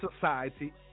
society